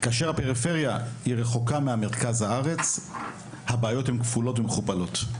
כאשר הפריפריה היא רחוקה ממרכז הארץ הבעיות הן כפולות ומכופלות,